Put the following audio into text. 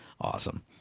Awesome